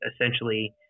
essentially